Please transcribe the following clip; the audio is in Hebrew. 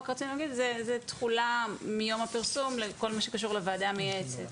זאת תחולה מיום הפרסום לכל מה שקשור לוועדה המייעצת.